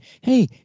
hey